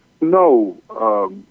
No